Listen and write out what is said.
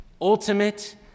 ultimate